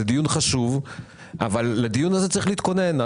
זה דיון חשוב, אבל לדיון הזה צריך להתכונן.